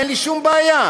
אין לי שום בעיה.